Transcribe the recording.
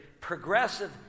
progressive